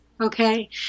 okay